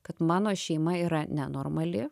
kad mano šeima yra nenormali